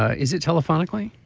ah is it telephonically